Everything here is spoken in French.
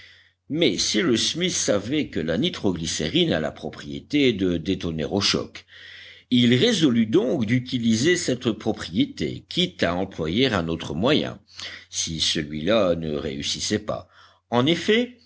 mais cyrus smith savait que la nitro glycérine a la propriété de détonner au choc il résolut donc d'utiliser cette propriété quitte à employer un autre moyen si celui-là ne réussissait pas en effet